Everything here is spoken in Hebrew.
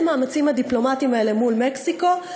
המאמצים הדיפלומטיים האלה מול מקסיקו,